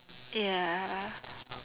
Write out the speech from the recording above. ya